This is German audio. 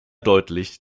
deutlich